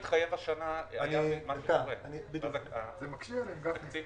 --- זה מקשה עלינו.